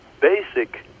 basic